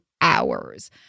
hours